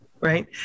right